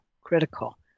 critical